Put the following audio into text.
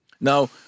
Now